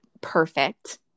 perfect